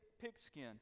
pigskin